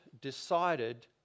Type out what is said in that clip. decided